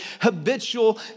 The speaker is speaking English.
habitual